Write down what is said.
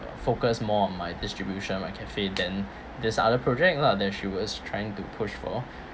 focus more on my distribution my cafe then these other project lah then she was trying to push for